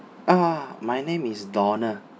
ah my name is donald